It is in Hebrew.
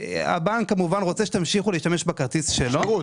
הבנק רוצה שתמשיכו להשתמש בכרטיס שלו, כמובן.